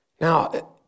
Now